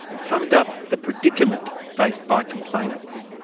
summed up the predicament faced by complainants.